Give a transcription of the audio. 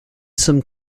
some